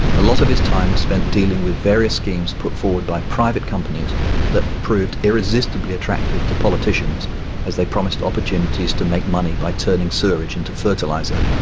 a lot of his time was spent dealing with various schemes put forward by private companies that proved irresistibly attractive to politicians as they promised opportunities to make money by turning sewerage into fertiliser.